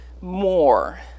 more